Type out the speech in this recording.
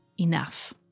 enough